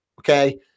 Okay